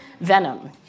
venom